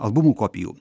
albumų kopijų